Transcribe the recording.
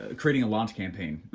ah creating a launch campaign.